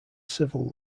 civil